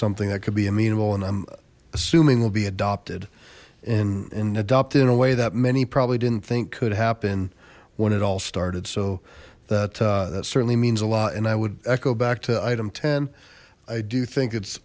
something that could be amenable and i'm assuming will be adopted and adopted in a way that many probably didn't think could happen when it all started so that that certainly means a lot and i would echo back to item ten i do think it's